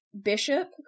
bishop